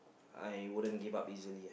I wouldn't give up easily